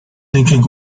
thinking